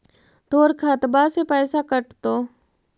तोर खतबा से पैसा कटतो?